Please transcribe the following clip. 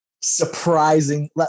surprising